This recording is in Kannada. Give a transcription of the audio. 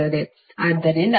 ಆದ್ದರಿಂದdqdtCdvdt